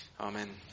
Amen